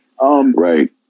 Right